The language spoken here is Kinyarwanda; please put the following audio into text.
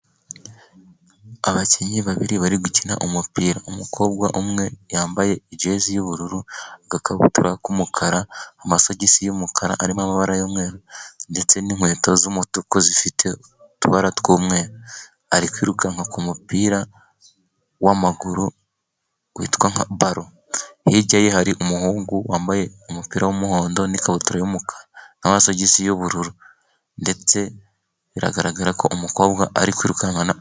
Abakinnyi babiri bari gukina umupira umukobwa umwe yambaye jezi y'ubururu, agakabutura k'umukara, amasogisi y'umukara arimo amabara y'umweru, ndetse n'inkweto z'umutuku zifite utubara tw' umweru ari kwirukanka k'umupira w'amaguru witwa nka balo. Hirya ye hari umuhungu wambaye umupira w'umuhondo, n'ikabutura y'umukara n'amasogisi y'ubururu, ndetse biragaragarako umukobwa ari kwirukankana....